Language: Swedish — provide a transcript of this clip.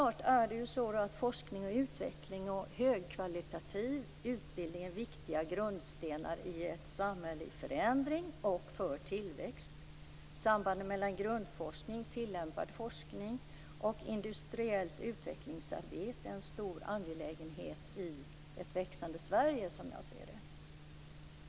Forskning och utveckling och högkvalitativ utbildning är viktiga grundstenar i ett samhälle i förändring och för tillväxt. Sambandet mellan grundforskning, tillämpad forskning och industriellt utvecklingsarbete är en stor angelägenhet i ett växande Sverige.